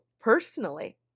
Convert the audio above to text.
personally